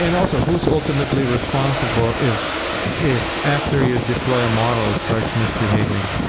and also, who's ultimately responsible if if after you deploy a model, it starts misbehaving?